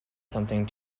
something